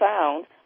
found